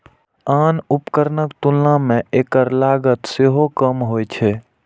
आन उपकरणक तुलना मे एकर लागत सेहो कम होइ छै